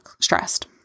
stressed